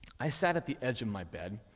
i sat at the edge of my bed,